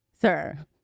Sir